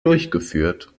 durchgeführt